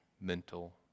mental